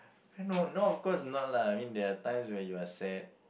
no no of course not lah I mean there are times when you are sad